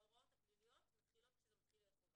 ההוראות הפליליות מתחילות כשזה מתחיל להיות חובה.